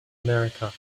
america